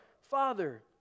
Father